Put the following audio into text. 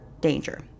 danger